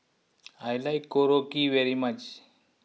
I like Korokke very much